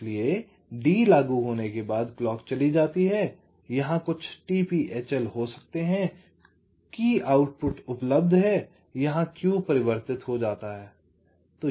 इसलिए D लागू होने के बाद क्लॉक चली जाती है यहां कुछ t p hl हो सकते हैं कुंजी आउटपुट उपलब्ध है यहां Q परिवर्तित हो जाता है